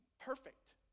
perfect